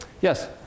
Yes